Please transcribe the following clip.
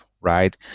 right